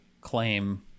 claim